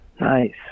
nice